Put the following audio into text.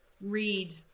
read